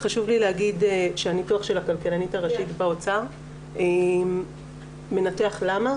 חשוב לי להגיד שהניתוח של הכלכלנית הראשית באוצר מנתח למה,